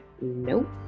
nope